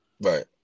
Right